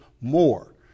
more